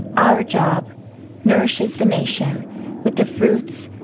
our job nourishes the nation with the fruits,